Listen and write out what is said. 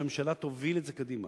שהממשלה תוביל את זה קדימה,